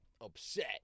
upset